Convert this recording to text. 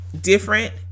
different